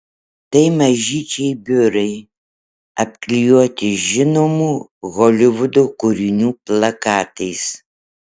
tai mažyčiai biurai apklijuoti žinomų holivudo kūrinių plakatais